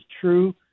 true